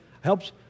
helps